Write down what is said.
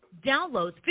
downloads